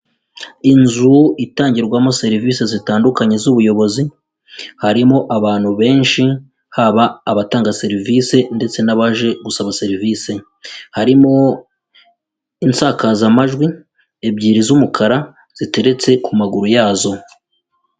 Inzu itangirwamo serivise zitandukanye z'ubuyobozi, harimo abantu benshi haba abatanga serivise ndetse n'abaje gusaba serivise, harimo insakazamajwi ebyiri z'umukara ziteretse ku maguru yazo.